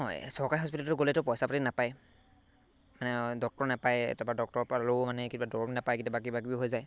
অঁ চৰকাৰী হস্পিটেলত গ'লেতো পইচা পাতি নাপায় মানে ডক্টৰ নাপায় কেতিয়াবা ডক্টৰৰ পৰা ল'ও মানে কিবা দৰৱ নাপায় কেতিয়াবা কিবা কিবি হৈ যায়